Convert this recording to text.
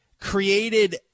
Created